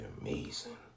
amazing